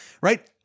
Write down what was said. Right